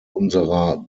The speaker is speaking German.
unserer